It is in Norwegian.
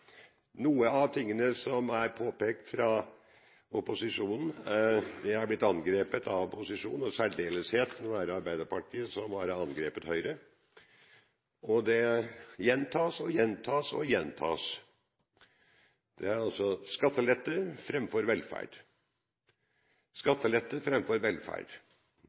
Noe av det som er påpekt av opposisjonen, er blitt angrepet av posisjonen – i særdeleshet må det være Arbeiderpartiet som har angrepet Høyre. Det gjentas og gjentas: skattelette framfor velferd, skattelette framfor velferd. Hvor mange ganger har vi ikke forklart: Nei, det er ikke primært skattelette